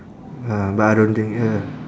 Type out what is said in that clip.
uh but I don't think ya